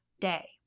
day